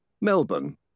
Melbourne